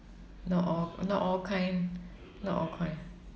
not all not all kind not all kind